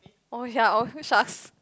oh ya oh sharks